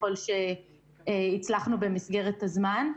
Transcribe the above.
ככל שהצלחנו במסגרת הזמן.